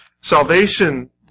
Salvation